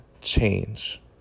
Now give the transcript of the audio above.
change